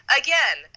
again